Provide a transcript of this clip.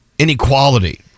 Inequality